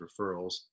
referrals